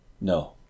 No